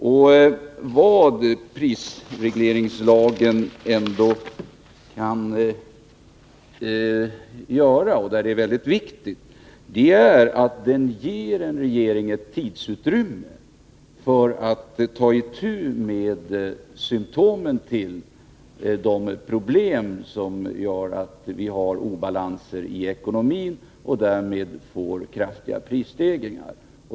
Och vad prisregleringslagen ändå kan göra — och det är mycket viktigt — är att ge en regering ett tidsutrymme för att ta itu med symptomen till de problem som gör att vi har obalanser i ekonomin och därmed får kraftiga prisstegringar.